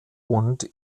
und